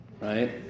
right